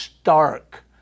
stark